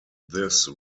this